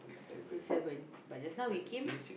to seven but just now we came